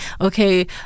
Okay